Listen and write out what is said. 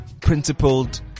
principled